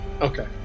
Okay